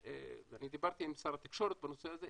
אני דיברתי עם שר התקשורת בנושא הזה,